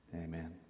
Amen